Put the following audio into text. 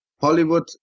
Hollywood